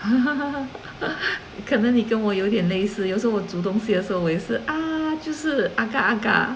可能你跟我有一点类似有时候我煮东西的时候我也是啊 agar agar